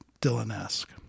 Dylan-esque